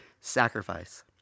sacrifice